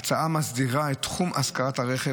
ההצעה מסדירה את תחום השכרת הרכב.